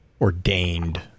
ordained